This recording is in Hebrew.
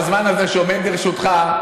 את הזמן שעומד לרשותך,